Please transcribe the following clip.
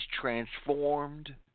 transformed